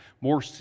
more